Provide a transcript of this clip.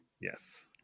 Yes